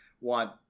want